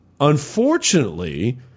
Unfortunately